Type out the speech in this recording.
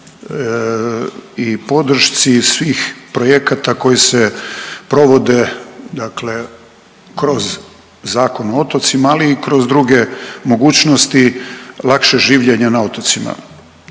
i podršci svih projekata koji se provode, dakle kroz Zakon o otocima, ali i kroz druge mogućnosti lakšeg življenja na otocima.